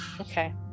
okay